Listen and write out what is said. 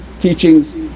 teachings